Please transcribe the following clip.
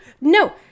no